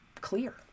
clear